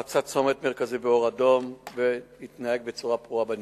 חצה צומת מרכזי באור אדום והתנהג בצורה פרועה בנהיגה.